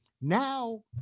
Now